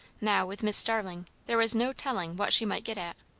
now, with mrs. starling, there was no telling what she might get at.